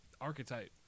archetype